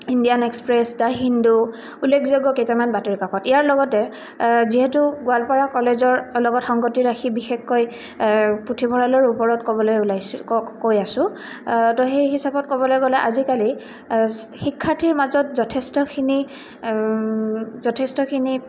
Indian express the Hindu উল্লেখযোগ্য কেইটামান বাতৰিকাকত ইয়াৰ লগতে যিহেতু গোৱালপাৰা কলেজৰ লগত সংগতি ৰাখি বিশেষকৈ পুথিভঁৰালৰ ওপৰত ক'বলৈ ওলাইছোঁ কৈ আছোঁ তো সেই হিচাপত ক'বলৈ গ'লে আজিকালি শিক্ষাৰ্থীৰ মাজত যথেষ্টখিনি যথেষ্টখিনি